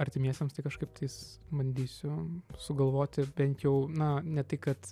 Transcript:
artimiesiems tai kažkaip tais bandysiu sugalvoti bent jau na ne tai kad